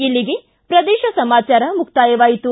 ಇಲ್ಲಿಗೆ ಪ್ರದೇಶ ಸಮಾಚಾರ ಮುಕ್ತಾಯವಾಯಿತು